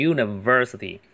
University